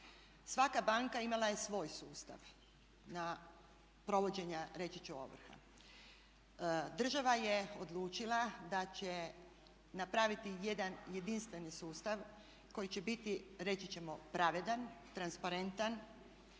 Svaka banka imala je svoj sustav na provođenja, reći ću ovrha. Država je odlučila da će napraviti jedan jedinstveni sustav koji će biti, reći ćemo pravedan, transparentan